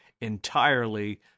entirely